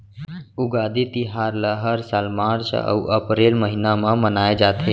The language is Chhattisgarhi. उगादी तिहार ल हर साल मार्च अउ अपरेल महिना म मनाए जाथे